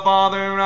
Father